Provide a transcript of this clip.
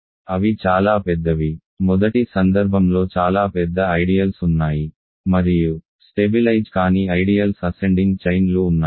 అవి చాలా పెద్దవి మొదటి సందర్భంలో చాలా పెద్ద ఐడియల్స్ ఉన్నాయి మరియు స్టెబిలైజ్ కాని ఐడియల్స్ అసెండింగ్ చైన్ లు ఉన్నాయి